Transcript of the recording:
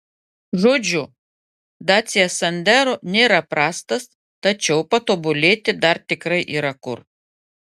žodžiu dacia sandero nėra prastas tačiau patobulėti dar tikrai yra kur